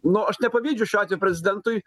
nu aš nepavydžiu šiuo atveju prezidentui